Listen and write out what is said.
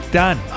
done